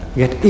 get